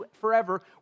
forever